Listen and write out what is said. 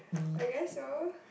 I guess so